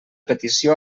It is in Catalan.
petició